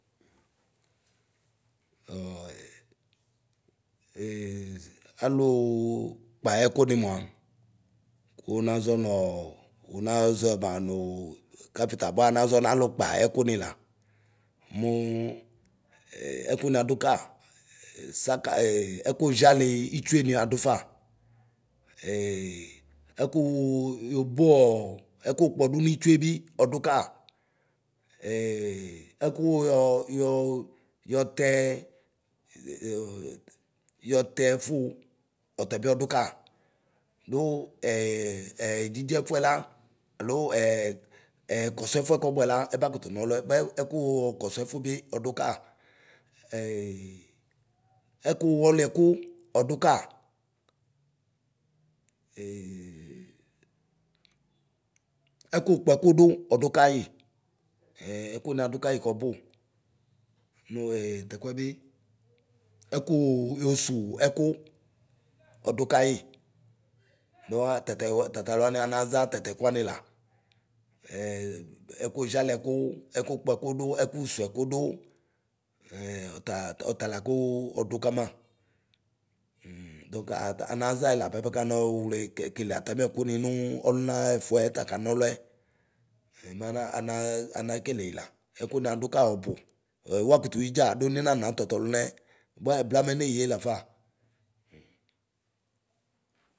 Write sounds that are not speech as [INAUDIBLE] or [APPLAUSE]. [HESITATION] aluu kpa ɛkʋni kunaʒɔ nɔɔ ʒɔɛma nuu kapita bua anaʒɔ nalukpa ɛku nila. Muu [HESITATION] ɛkuni adu ka esaka eeɛku ʒiali itsu ni adufa, ee ɛkuu yoboɔɔ ɛkujɔdu nitsue bi ɔduka, ee ɛku yɔɔ yɔtɛɛ ee yɔtɛfu ɔtabi ɔduka, duu [HESITATION] ɛɛ djidjɛfuɛ la alo [HESITATION] ɛkɔsuɛfuɛ kɔbʋɛ la, ɛba kutu nɔluɛ bʋas ɛkuu kɔsuɛ ɛfuɛ bi ɔduka ɛee ɛkwɔkʋ ɔduka, [HESITATION] ɛkʋkpɔɛkʋdv ɔduka yio, Ee ɛkunia ɔdu kayi kɔbʋ nuu tɛkʋɛ bi ɛkʋ yo suwʋɛkʋ ɔdu kayi duɔ atatɛ ɔtateluani anaʒa tatɛ kuani la. [HESITATION] ɛku zialʋɛkʋ, ɛkʋkpɔɛkʋdu, ɛkʋ suwuɛkʋdʋ, ɛɛ ɔta ɔtalakuu ɔdu Kama, [HESITATION] dɔŋkaa ataa anaʒae la bapɛ kanoole kekele atamiɛ kuni nuu ɔluŋaɛfuɛ takanɔlʋɛ. [HESITATION] manaa anoe anakeleyila. Ɛluni adu kayi ɔbʋ. Wna kutuyi dza duni maena tatuɔlune buɔ ɛblamɛ eneyie lafa.